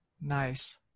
Nice